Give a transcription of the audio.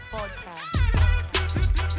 Podcast